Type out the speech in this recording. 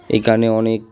এখানে অনেক